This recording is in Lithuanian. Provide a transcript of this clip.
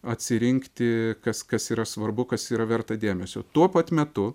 atsirinkti kas kas yra svarbu kas yra verta dėmesio tuo pat metu